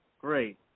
Great